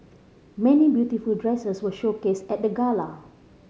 many beautiful dresses were showcased at the gala